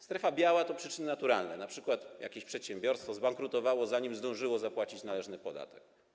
Strefa biała to przyczyny naturalne, np. jakieś przedsiębiorstwo zbankrutowało, zanim zdążyło zapłacić należny podatek.